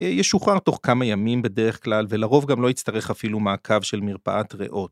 ‫ישוחרר תוך כמה ימים בדרך כלל, ‫ולרוב גם לא יצטרך אפילו מעקב של מרפאת ריאות.